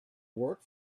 work